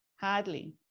hardly